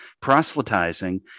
Proselytizing